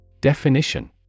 Definition